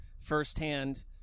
firsthand –